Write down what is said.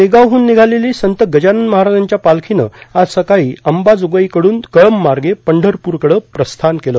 शेगावहून निघालेली संत गजानन महाराजांच्या पालखीनं आज सकाळी अंबाजोगाईकडून कळंबमार्गे पंढरपूरकडं प्रस्थान केलं